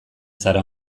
zara